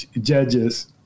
judges